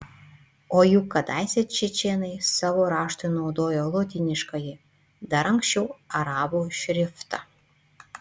o juk kadaise čečėnai savo raštui naudojo lotyniškąjį dar anksčiau arabų šriftą